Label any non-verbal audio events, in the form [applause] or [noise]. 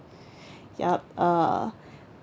[breath] yup uh